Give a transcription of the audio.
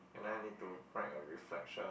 and then I need to write a reflection